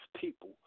people